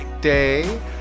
day